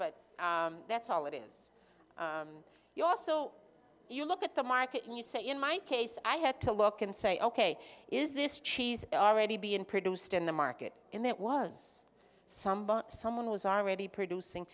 it but that's all it is you also you look at the market and you say in my case i had to look and say ok is this cheese already being produced in the market and that was some someone was already producing